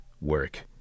work